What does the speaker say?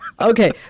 Okay